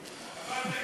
בבקשה, מעל הדוכן.